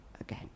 again